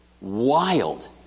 wild